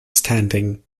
standing